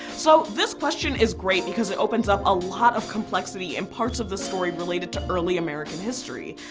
so this question is great because it opens up a lot of complexities in parts of the story related to early american history.